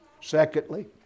Secondly